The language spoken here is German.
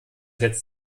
jetzt